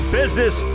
business